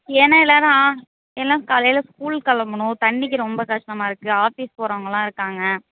ஏன்னா எல்லாரும் எல்லாம் காலையில் ஸ்கூல் கிளம்பணும் தண்ணிக்கு ரொம்ப கஷ்டமாக இருக்கு ஆஃபிஸ் போகறவங்கல்லாம் இருக்காங்க